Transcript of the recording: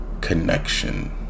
connection